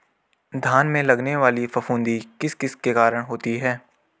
धान में लगने वाली फफूंदी किस किस के कारण होती है?